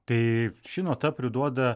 tai ši nota priduoda